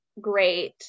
great